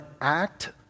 act